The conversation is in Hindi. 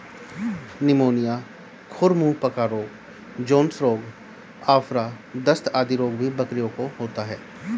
निमोनिया, खुर मुँह पका रोग, जोन्स रोग, आफरा, दस्त आदि रोग भी बकरियों को होता है